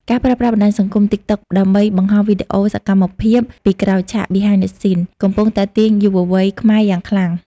ការប្រើប្រាស់បណ្ដាញសង្គម TikTok ដើម្បីបង្ហោះវីដេអូសកម្មភាពពីក្រោយឆាក (Behind the Scenes) កំពុងទាក់ទាញយុវវ័យខ្មែរយ៉ាងខ្លាំង។